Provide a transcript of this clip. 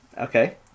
Okay